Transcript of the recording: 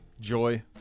Joy